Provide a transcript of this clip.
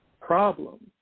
problems